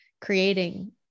creating